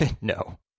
No